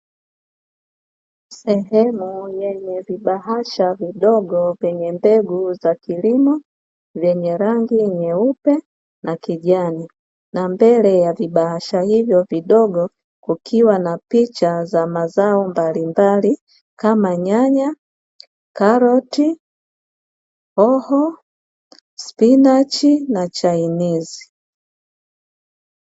Sehemu yenye vibahasha vidogo vyenye mbegu za kilimo, vyenye rangi nyeupe na kijani, na mbele ya vibahasha hivyo vidogo kukiwa na picha za mazao mbalimbali, kama: nyanya, karoti, hoho spinachi na chainizi.